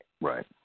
Right